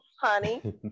honey